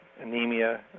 Anemia